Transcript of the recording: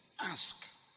ask